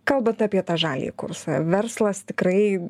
kalbant apie tą žaliąjį kursą verslas tikrai